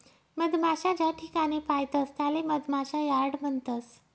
मधमाशा ज्याठिकाणे पायतस त्याले मधमाशा यार्ड म्हणतस